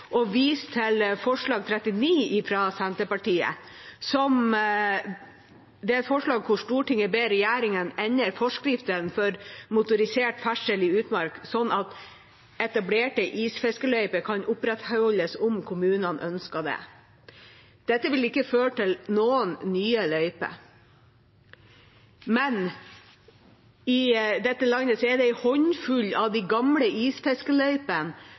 og viser til forslag nr. 39, fra Senterpartiet: «Stortinget ber regjeringen endre forskrift for motorisert ferdsel i utmark slik at etablerte isfiskeløyper kan opprettholdes om kommunene ønsker det.» Dette vil ikke føre til noen nye løyper, men i dette landet er det en håndfull av de gamle